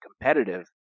competitive